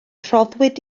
rhoddwyd